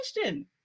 question